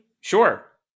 Sure